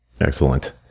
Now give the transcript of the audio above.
Excellent